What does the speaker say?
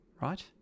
right